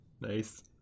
Nice